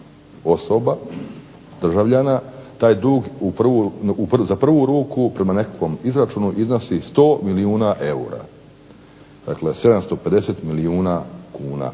osoba, državljana taj dug za prvu ruku prema nekakvom izračunu iznosi 100 milijuna eura, dakle 750 milijuna kuna,